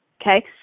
Okay